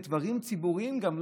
בדברים ציבוריים גם,